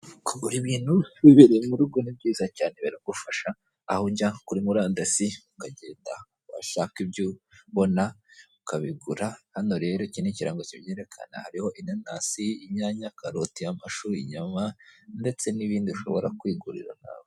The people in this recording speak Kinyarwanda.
Kugura ibintu wibeyeye mu rugo ni byiza cyane biragufasha aho ujya kuri murandasi ukagenda washaka ibyo ubona ukabigura, hano rero ikindi kirango kibyerekana hariho inanasi, inyanya, karoti, amashu, inyama ndetse n'ibindi ushobora kwigurira nawe.